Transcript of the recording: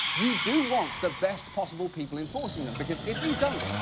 you do want the best possible people enforcing them, because if you don't,